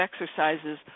exercises